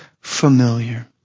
familiar